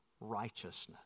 righteousness